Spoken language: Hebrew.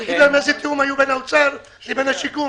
גם מה שהתחייבו עליו ואומרים לי אתמול במשרד השיכון